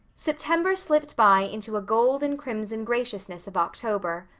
september slipped by into a gold and crimson graciousness of october.